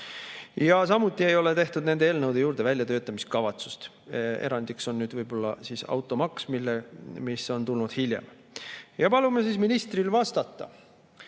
Samuti ei ole tehtud nende eelnõude juurde väljatöötamiskavatsust. Erandiks on võib-olla automaks, mis on tulnud hiljem. Palume ministril vastata,